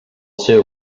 seu